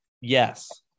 Yes